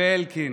ואלקין,